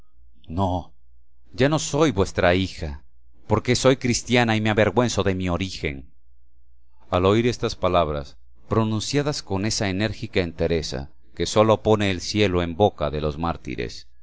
no ya no soy vuestra hija porque soy cristiana y me avergüenzo de mi origen al oír estas palabras pronunciadas con esa enérgica entereza que sólo pone el cielo en boca de los mártires